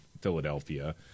Philadelphia—